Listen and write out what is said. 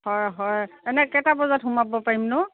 হয় হয় এনে কেইটা বজাত সোমাব পাৰিমনো